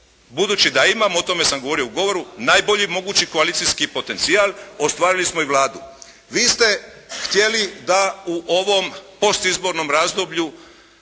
budući da imam, o tome sam govorio u govoru najbolji mogući koalicijski potencijal ostvarili smo i Vladu. Vi ste htjeli da u ovom postizbornom razdoblju